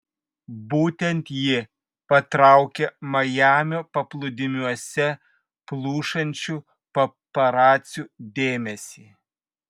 būtent ji patraukė majamio paplūdimiuose plušančių paparacių dėmesį